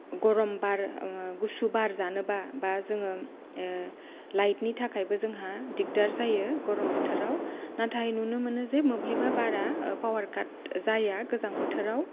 गरम बार गुसु बार जानोबा बा जोङो लाइटनि थाखायबो जोंहा दिगदार जायो गरम बोथोराव नाथाय नुनो मोनो जे मोब्लिबा बारा पावार काथ जाया गोजां बोथोराव